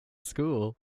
school